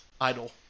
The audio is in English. idle